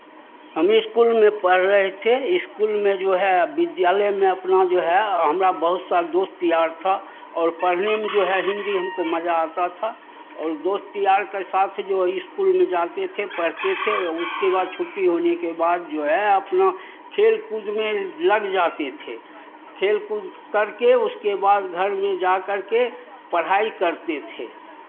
हम स्कूल में पढ़ रहे थे स्कूल में जो है विद्यालय में अपना जो है हमरा बहुत सा दोस्त यार था और पढ़ने में जो है हिन्दी हमको मज़ा आता था और दोस्त यार के साथ जो स्कूल में जाते थे पढ़ते थे उसके बाद छुट्टी होने के बाद जो है अपना खेल कूद में लग जाते थे खेल कूद करके उसके बाद घर में जाकर के पढ़ाई करते थे